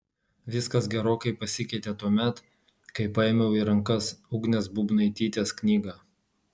viskas gerokai pasikeitė tuomet kai paėmiau į rankas ugnės būbnaitytės knygą